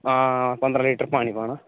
आं पंदरां लीटर पानी पाना